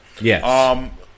Yes